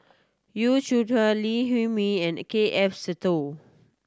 Yu Zhuye Lee Huei Min and K F Seetoh